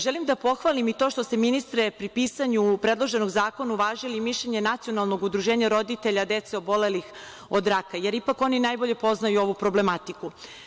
Želim da pohvalim i to što ste ministre pri pisanju predloženog zakona uvažili i mišljenje Nacionalnog udruženja roditelja dece obolelih od raka, jer ipak oni najbolje poznaju ovu problematiku.